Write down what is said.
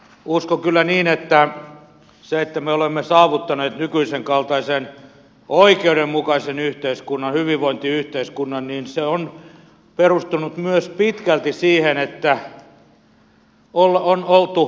uskon kyllä niin että se että me olemme saavuttaneet nykyisen kaltaisen oikeudenmukaisen yhteiskunnan hyvinvointiyhteiskunnan on perustunut myös pitkälti siihen että on oltu lainkuuliaisia